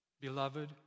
Beloved